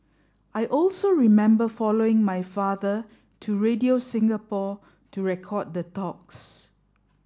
I also remember following my father to Radio Singapore to record the talks